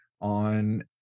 on